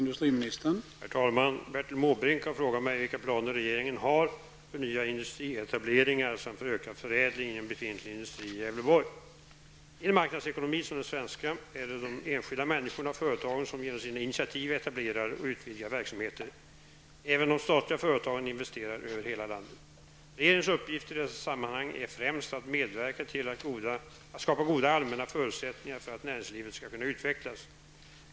Herr talman! Bertil Måbrink har frågat mig vilka planer regeringen har för nya industrietableringar samt för ökad förädling inom befintlig industri i I en marknadsekonomi som den svenska är det de enskilda människorna och företagen som genom sina initiativ etablerar och utvidgar verksamheter. Även de statliga företagen investerar över hela landet. Regeringens uppgift i detta sammanhang är främst att medverka till att skapa goda allmänna förutsättningar för att näringslivet skall kunna utvecklas.